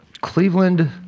Cleveland